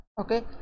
okay